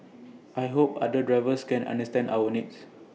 I hope other drivers can understand our needs